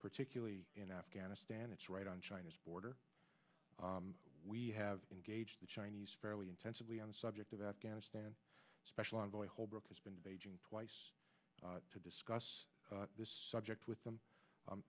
particularly in afghanistan it's right on china's border we have engaged the chinese fairly intensively on the subject of afghanistan special envoy holbrooke has been to beijing twice to discuss this subject with them